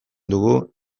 dugu